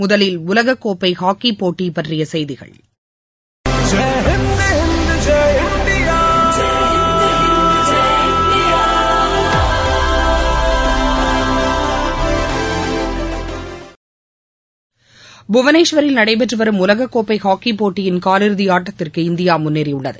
முதலில் உலக கோப்பை ஹாக்கி போட்டி பற்றிய செய்திகள் ஒபனிங் டியூன் புவனேஸ்வரில் நடைபெற்று வரும் உலகக்கோப்பை ஹாக்கிப் போட்டியின் காலிறுதி ஆட்டத்திற்கு இந்தியா முன்னேறியுள்ளது